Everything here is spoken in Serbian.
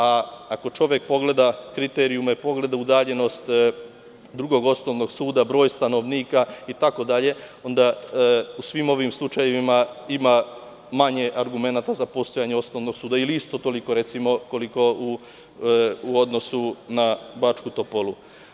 Ako čovek pogleda kriterijume, pogleda udaljenost drugog osnovnog suda, broj stanovnika itd, onda u svim ovim slučajevima ima manje argumenata za postojanje osnovnog suda, ili isto toliko, recimo, koliko u odnosu na Bačku Topolu.